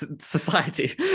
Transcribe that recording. society